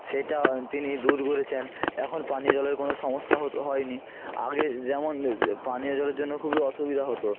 সেটা তিনি দূর করেছেন এখন পানীয় জলের কোনো সমস্যা হতো হয় নি আগে যেমন পানীয় জলের জন্য খুবই অসুবিধা হতো